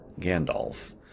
Gandalf